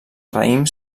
raïms